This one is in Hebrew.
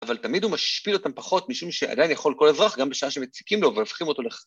‫אבל תמיד הוא משפיל אותם פחות ‫משום שעדיין יכול כל אבחר, ‫גם בשעה שמציקים לו והפכים אותו ל...